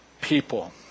people